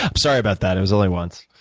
sorry about that it was only once.